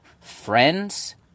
friends